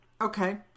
Okay